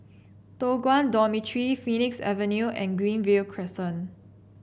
Toh Guan Dormitory Phoenix Avenue and Greenview Crescent